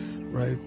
right